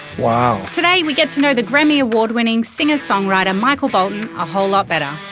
wow. today we get to know the grammy award winning singer songwriter michael bolton a whole lot better.